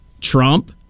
Trump